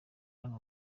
hano